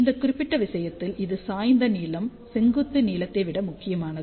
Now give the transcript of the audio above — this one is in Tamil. இந்த குறிப்பிட்ட விஷயத்தில் இது சாய்ந்த நீளம் செங்குத்து நீளத்தை விட முக்கியமானது